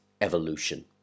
evolution